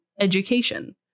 education